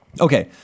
Okay